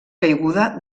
caiguda